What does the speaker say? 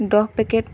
দহ পেকেট